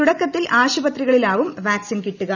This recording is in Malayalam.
തുടക്കത്തിൽ ആശുപത്രികളിലാകും നാളെ വാക്സിൻ കിട്ടുക